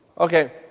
Okay